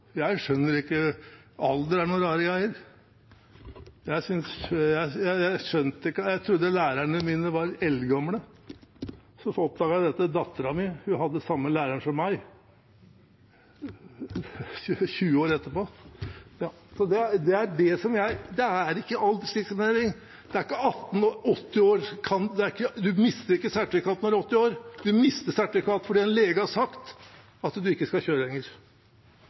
Alder er noen rare greier. Jeg trodde lærerne mine var eldgamle, og så oppdaget jeg at datteren min hadde samme læreren som meg – tjue år etterpå. Så det er ikke aldersdiskriminering, det er ikke 18 og 80 år. Du mister ikke sertifikatet når du er 80 år. Du mister sertifikatet fordi en lege har sagt at du ikke skal kjøre lenger.